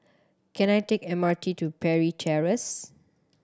can I take M R T to Parry Terrace